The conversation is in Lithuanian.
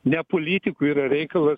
ne politikų yra reikalas